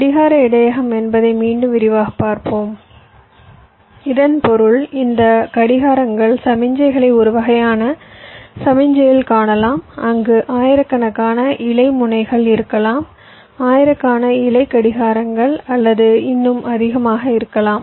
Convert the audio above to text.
கடிகார இடையகம் என்பதை மீண்டும் விரிவாக விவாதிப்போம் இதன் பொருள் இந்த கடிகாரங்கள் சமிக்ஞைகளை ஒரு வகையான சமிக்ஞையில் காணலாம் அங்கு ஆயிரக்கணக்கான இலை முனைகள் இருக்கலாம் ஆயிரக்கணக்கான இலை கடிகாரங்கள் அல்லது இன்னும் அதிகமாக இருக்கலாம்